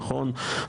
נכון,